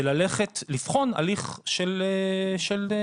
זה ללכת לבחון הליך של תקנה.